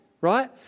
right